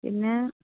പിന്നെ